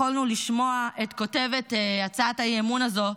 יכולנו לשמוע את כותבת הצעת האי-אמון הזו,